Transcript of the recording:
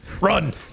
Run